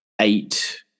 eight